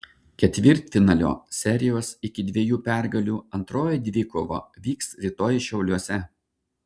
ketvirtfinalio serijos iki dviejų pergalių antroji dvikova vyks rytoj šiauliuose